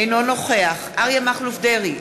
אינו נוכח אריה מכלוף דרעי,